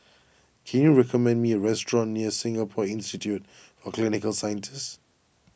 can you recommend me a restaurant near Singapore Institute for Clinical Sciences